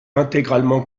intégralement